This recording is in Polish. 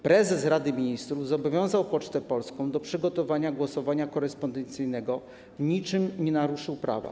Prezes Rady Ministrów, zobowiązując Pocztę Polską do przygotowania głosowania korespondencyjnego, w niczym nie naruszył prawa.